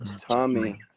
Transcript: Tommy